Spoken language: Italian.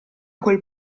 quel